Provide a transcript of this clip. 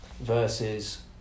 versus